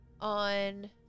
on